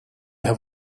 have